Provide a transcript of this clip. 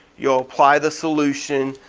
you'll apply the solution